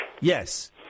Yes